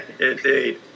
Indeed